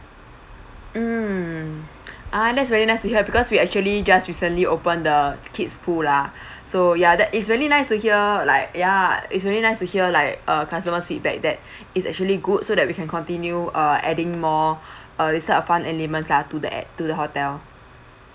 mm ah that's very nice to hear because we actually just recently opened the kids pool lah so ya that is really nice to hear like ya it's really nice to hear like uh customer's feedback that is actually good so that we can continue uh adding more uh this type of fun elements lah to the ac~ to the hotel